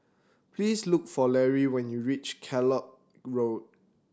please look for Larry when you reach Kellock Road